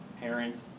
parents